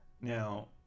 Now